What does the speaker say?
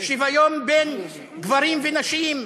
שוויון בין גברים ונשים,